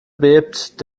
bebt